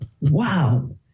wow